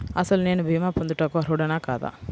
అసలు నేను భీమా పొందుటకు అర్హుడన కాదా?